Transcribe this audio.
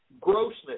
grossness